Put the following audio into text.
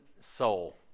soul